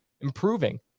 improving